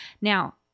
Now